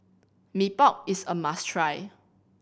Mee Pok is a must try